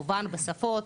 מובן בשפות.